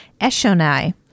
Eshonai